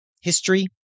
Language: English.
history